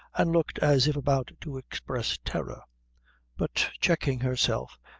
and looked as if about to express terror but, checking herself,